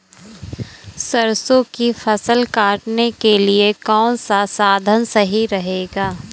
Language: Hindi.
सरसो की फसल काटने के लिए कौन सा साधन सही रहेगा?